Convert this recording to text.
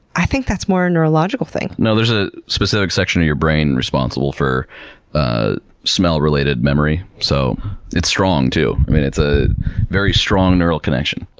i think that's more a neurological thing. no, there's a specific section of your brain responsible for a smell-related memory. so it's strong, too. i mean it's a very strong neural connection.